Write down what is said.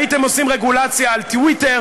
הייתם עושים רגולציה על טוויטר,